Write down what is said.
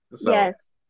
yes